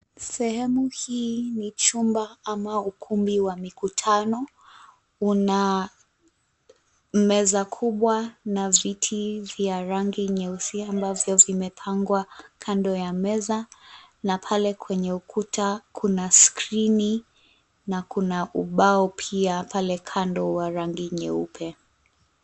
Sehemu hii ni chumba ama ukumbi wa mikutano, una meza kubwa na viti vya rangi nyeusi ambavyo vimepangwa kando ya meza, na pale kwenye ukuta kuna skrini na kuna ubao pia pale kando wa rangi nyeupe.